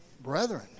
brethren